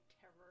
Terror